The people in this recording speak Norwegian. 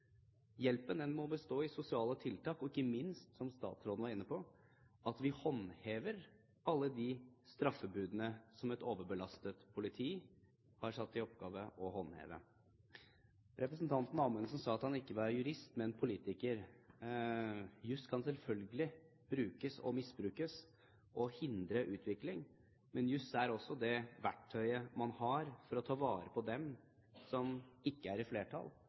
Hjelpen må bestå i sosiale tiltak og ikke minst, som statsråden var inne på, at vi håndhever alle de straffebudene som et overbelastet politi har fått i oppgave å håndheve. Representanten Amundsen sa at han ikke var jurist, men politiker. Juss kan selvfølgelig brukes og misbrukes og hindre utvikling, men juss er også det verktøyet man har for å ta vare på dem som ikke er i flertall,